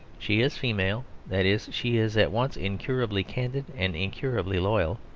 she is female that is, she is at once incurably candid and incurably loyal,